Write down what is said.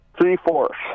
three-fourths